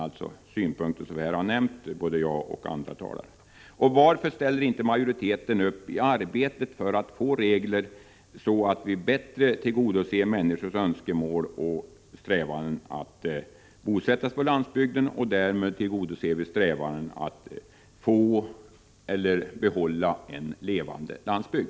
Jag avser då de synpunkter som jag och även andra talare har pekat på. Varför ställer sig inte utskottsmajoriteten bakom arbetet för att få regler som innebär att vi bättre tillgodoser människors önskemål att få bosätta sig på landsbygden och därmed tillmötesgår strävandena att behålla en levande landsbygd?